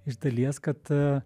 iš dalies kad a